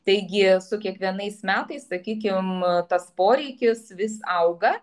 taigi su kiekvienais metais sakykim tas poreikis vis auga